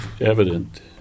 evident